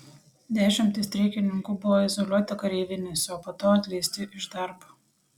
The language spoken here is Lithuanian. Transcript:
dešimtys streikininkų buvo izoliuoti kareivinėse o po to atleisti iš darbo